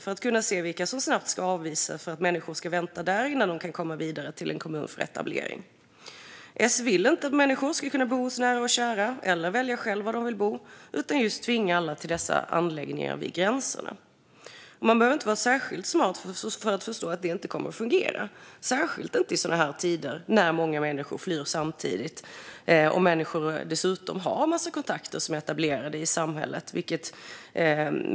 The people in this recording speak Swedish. Där ska man kunna se vilka som snabbt ska avvisas, och människor ska vänta där innan de kan komma vidare ut till en kommun för etablering. S vill inte att människor ska kunna bo hos nära och kära eller välja själva var de vill bo utan vill tvinga alla till dessa anläggningar vid gränserna. Man behöver inte vara särskilt smart för att förstå att det inte kommer att fungera, särskilt inte i sådana här tider när många människor flyr samtidigt och människor dessutom har en massa kontakter som är etablerade i samhället.